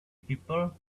people